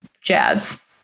jazz